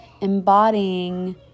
embodying